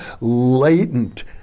latent